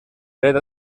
dret